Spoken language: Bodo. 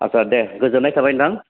आत्सा दे गोजोन्नाय थाबाय नोंथां